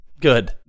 good